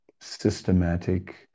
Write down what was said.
systematic